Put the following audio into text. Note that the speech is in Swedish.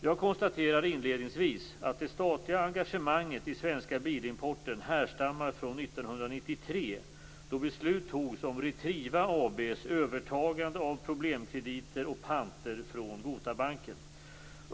Jag konstaterar inledningsvis att det statliga engagemanget i Svenska Bilimporten härstammar från 1993, då beslut fattades om Retriva AB:s övertagande av problemkrediter och panter från Gotabanken.